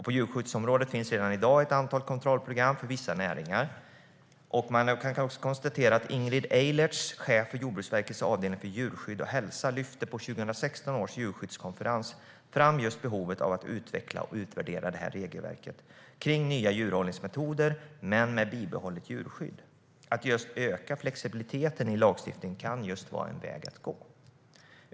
På djurskyddsområdet finns redan i dag ett antal kontrollprogram för vissa näringar. Man kan också konstatera att Ingrid Eilertz, chef för Jordbruksverkets avdelning för djurskydd och hälsa, på 2016 års djurskyddskonferens lyfte fram behovet av att utveckla och utvärdera regelverket kring nya djurhållningsmetoder men med bibehållet djurskydd. Att öka flexibiliteten i lagstiftningen kan vara en väg att gå.